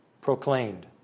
proclaimed